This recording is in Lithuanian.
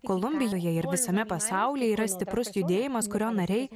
kolumbijoje ir visame pasaulyje yra stiprus judėjimas kurio nariai